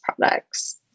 products